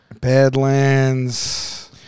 Badlands